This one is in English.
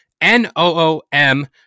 N-O-O-M